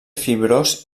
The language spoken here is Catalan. fibrós